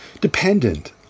dependent